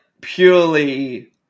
purely